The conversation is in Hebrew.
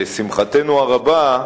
לשמחתנו הרבה,